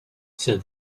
said